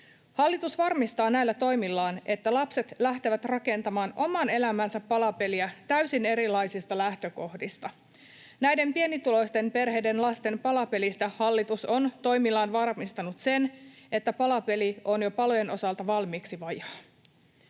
Hallitus varmistaa näillä toimillaan, että lapset lähtevät rakentamaan oman elämänsä palapeliä täysin erilaisista lähtökohdista. Näiden pienituloisten perheiden lasten palapelistä hallitus on toimillaan varmistanut sen, että palapeli on palojen osalta jo valmiiksi vajaa.